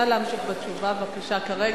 נא להמשיך בתשובה, בבקשה, כרגע.